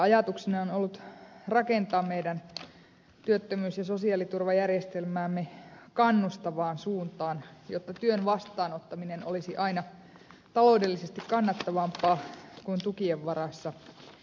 ajatuksena on ollut rakentaa meidän työttömyys ja sosiaaliturvajärjestelmäämme kannustavaan suuntaan jotta työn vastaanottaminen olisi aina taloudellisesti kannattavampaa kuin tukien varassa eläminen